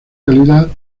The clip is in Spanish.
calidad